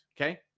Okay